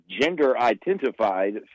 gender-identified